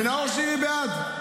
ונאור שירי בעד.